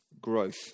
Growth